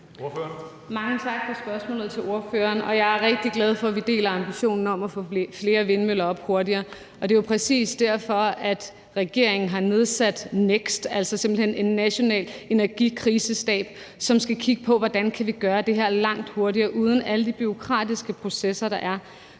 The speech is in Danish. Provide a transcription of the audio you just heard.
Mange tak for spørgsmålet. Jeg er rigtig glad for, at vi deler ambitionen om at få sat flere vindmøller op hurtigere, og det er jo præcis derfor, at regeringen har nedsat NEKST, altså simpelt hen en national energikrisestab, som skal kigge på, hvordan vi kan gøre det her langt hurtigere uden alle de bureaukratiske processer, der er.